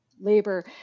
labor